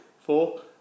Four